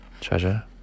treasure